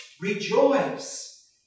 rejoice